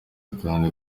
kandi